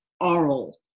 oral